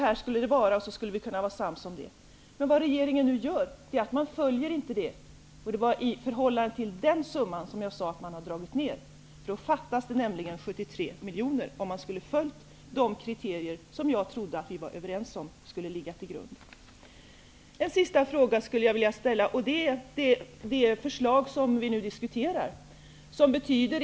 Det lades fast vissa kriterier som man var ense om. Nu följer inte regeringen dessa kriterier. Det var i förhållande till denna summa som jag menade att man har dragit ner på Norrlandsstödet. Om man skulle ha följt de kritier som jag trodde att man var överens om, fattas det nämligen 73 miljoner. Jag vill ställa en avslutande fråga.